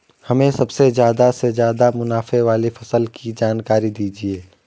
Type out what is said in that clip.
हमें सबसे ज़्यादा से ज़्यादा मुनाफे वाली फसल की जानकारी दीजिए